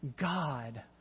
God